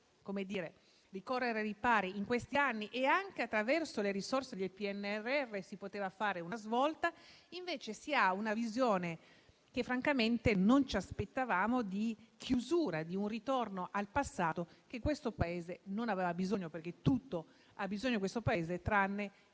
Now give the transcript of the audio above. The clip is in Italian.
cercato di correre ai ripari in questi anni e, anche attraverso le risorse del PNRR, si poteva dare una svolta. Invece, si ha una visione che francamente non ci aspettavamo di chiusura, di un ritorno al passato di cui questo Paese non aveva bisogno. Di tutto ha bisogno di questo Paese tranne